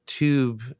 Tube